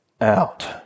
out